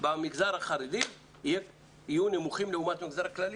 במגזר החרדי יהיו נמוכים לעומת המגזר הכללי.